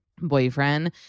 boyfriend